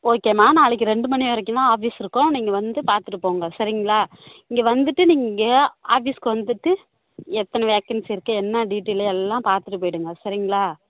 ஓகேம்மா நாளைக்கு ரெண்டு மணி வரைக்கும்தான் ஆஃபீஸ் இருக்கும் நீங்கள் வந்து பார்த்துட்டு போங்க சரிங்களா இங்கே வந்துவிட்டு நீங்கள் ஆஃபீஸ்க்கு வந்துவிட்டு எத்தனை வேகன்ஸி இருக்கு என்ன டீட்டெயிலு எல்லாம் பார்த்துட்டு போயிவிடுங்க சரிங்களா